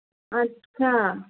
अच्छा